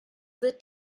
wird